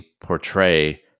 portray